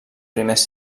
primers